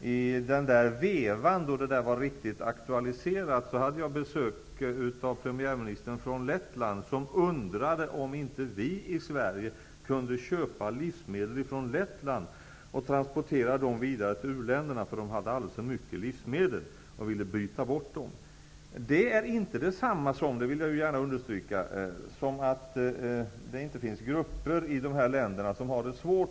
i den vevan, när detta var riktigt aktuellt, hade jag besök av premiärministern från Lettland som undrade om inte vi i Sverige kunde köpa livsmedel från Lettland och transportera dem vidare till uländerna, eftersom de hade alldeles för mycket livsmedel i Lettland och ville byta bort dem. Det är inte detsamma som, och det vill jag gärna understryka, att det inte finns grupper i de här länderna som har det svårt.